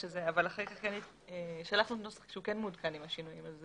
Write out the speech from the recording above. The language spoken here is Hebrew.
שלחנו נוסח שהוא כן מעודכן עם השינויים.